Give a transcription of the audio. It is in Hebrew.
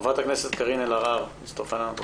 חברת הכנסת קארין אלהרר הצטרפה אלינו.